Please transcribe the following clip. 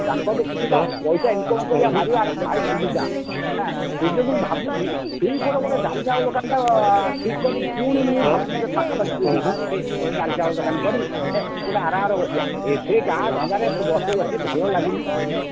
ତାଙ୍କଠୁ କିଛିଟା ପଇସା ଇନ୍କମ୍ କରିବା ମାରିବା ଭାରି ସୁବିଧା ଆଁ ସେଯୋଗୁଁ ମୁଁ ଭାବୁଛି ଏଇପଟ ଗୋଟେ ଡାଲି ଚାଉଳ ଦୋକାନଟା ଠିକ୍ କରି ପୁଣି ମୁଁ ଭାବୁଛି ଯେ ପାଖାପାଖି କେଉଁଠି ଏଁ ଡାଲି ଚାଉଳ ଦୋକାନ କରି ଏଁ ଗୋଟେ ଆରାମରେ ବସିବା ଏଠି ଗାଁ ଧନ୍ଦାରେ ବସି ବସି ଭଲ ଲାଗୁନି ଏଁ